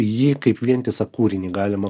jį kaip vientisą kūrinį galima